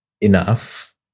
enough